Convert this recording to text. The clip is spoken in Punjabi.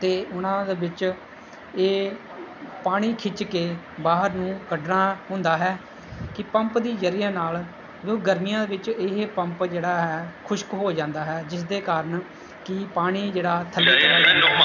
ਅਤੇ ਉਹਨਾਂ ਦੇ ਵਿੱਚ ਇਹ ਪਾਣੀ ਖਿੱਚ ਕੇ ਬਾਹਰ ਨੂੰ ਕੱਢਣਾ ਹੁੰਦਾ ਹੈ ਕਿ ਪੰਪ ਦੀ ਜ਼ਰੀਆ ਨਾਲ ਜੋ ਗਰਮੀਆਂ ਦੇ ਵਿੱਚ ਇਹ ਪੰਪ ਜਿਹੜਾ ਹੈ ਖੁਸ਼ਕ ਹੋ ਜਾਂਦਾ ਹੈ ਜਿਸ ਦੇ ਕਾਰਨ ਕਿ ਪਾਣੀ ਜਿਹੜਾ ਥੱਲੇ